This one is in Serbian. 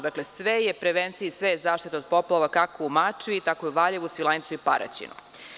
Dakle, sve je prevencija i sve je zaštita od poplava, kako u Mačvi, tako i u Valjevu, Svilajncu i Paraćinu.